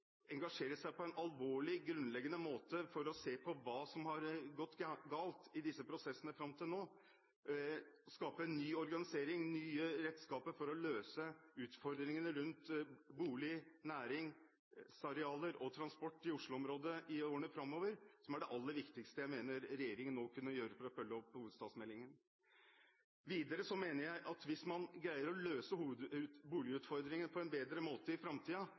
seg på en alvorlig, grunnleggende måte for å se på hva som har gått galt i disse prosessene fram til nå, og skape en ny organisering, nye redskaper for å løse utfordringene rundt bolig- og næringsarealer og transport i årene framover.